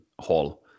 hall